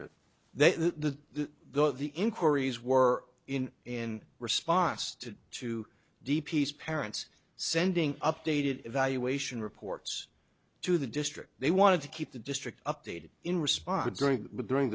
that they the though the inquiries were in in response to two d p s parents sending updated evaluation reports to the district they wanted to keep the district updated in response during the during